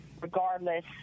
regardless